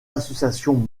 associations